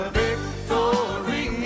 victory